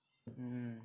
mm